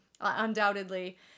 Undoubtedly